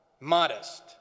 modest